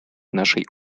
нашей